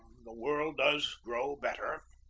the world does grow better.